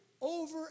Over